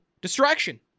distraction